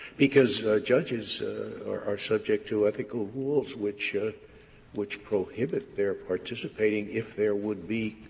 because judges are are subject to ethical rules which which prohibit their participating if there would be,